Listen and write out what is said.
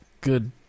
good